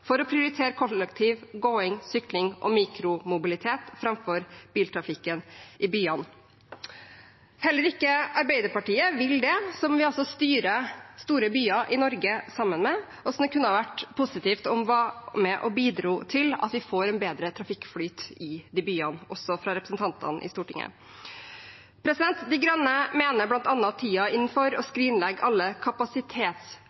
for å prioritere kollektiv, gange, sykkel og mikromobilitet framfor biltrafikken i byene. Heller ikke Arbeiderpartiet, som vi styrer store byer i Norge sammen med, vil det. Det kunne ha vært positivt om de var med og bidro til at vi får en bedre trafikkflyt i de byene, også representantene i Stortinget. De Grønne mener bl.a. at tiden er inne for å